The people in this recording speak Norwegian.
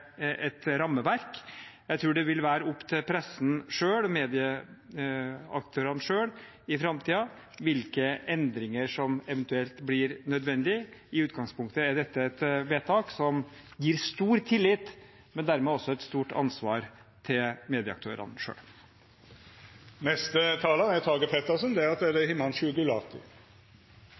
et rammeverk. Og jeg tror det i framtiden vil være opp til pressen selv, medieaktørene selv, hvilke endringer som eventuelt blir nødvendige. I utgangspunktet er dette et vedtak som gir stor tillit, men dermed også et stort ansvar for medieaktørene selv. Den 3. mai var pressefrihetens dag. I krisetider er det